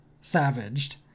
savaged